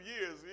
years